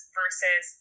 versus